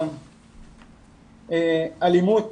שחווים אלימות